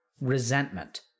Resentment